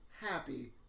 happy